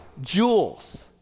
jewels